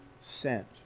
sent